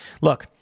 Look